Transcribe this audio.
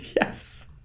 Yes